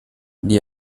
die